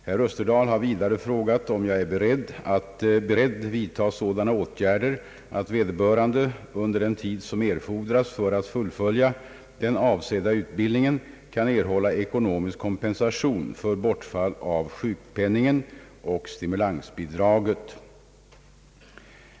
Herr Österdahl har vidare frågat om jag är beredd vidta sådana åtgärder att vederbörande — under den tid som erfordras för att fullfölja den avsedda utbildningen — kan erhålla ekonomisk kompensation för bortfall av sjukpenningen och stimulansbidraget.